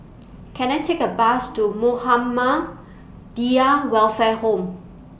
Can I Take A Bus to Muhammadiyah Welfare Home